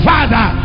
Father